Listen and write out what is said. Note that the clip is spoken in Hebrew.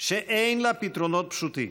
שאין לה פתרונות פשוטים.